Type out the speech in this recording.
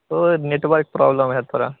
वह network problem है थोड़ा